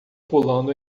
pulando